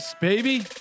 baby